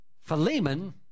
Philemon